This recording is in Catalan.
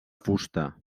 fusta